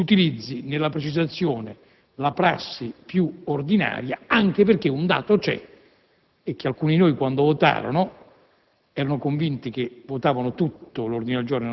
mi appello a lei affinché si utilizzi nella precisazione la prassi più ordinaria, anche perché un dato c'è: alcuni di noi, quando votarono,